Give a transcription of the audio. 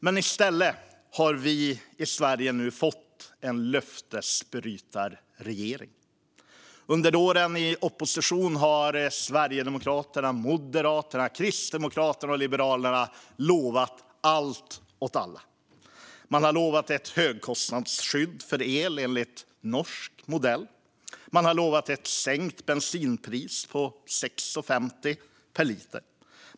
Men i stället har vi i Sverige nu fått en löftesbrytarregering. Under åren i opposition har Sverigedemokraterna, Moderaterna, Kristdemokraterna och Liberalerna lovat allt åt alla. Man har lovat ett högkostnadsskydd för el enligt norsk modell. Man har lovat ett sänkt bensinpris med 6,50 kronor per liter.